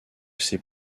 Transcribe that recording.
ses